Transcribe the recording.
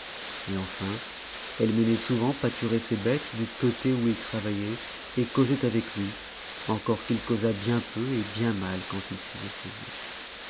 et enfin elle menait souvent pâturer ses bêtes du côté où il travaillait et causait avec lui encore qu'il causât bien peu et bien mal quand il s'y essayait